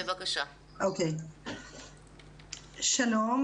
שלום.